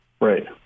Right